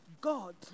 God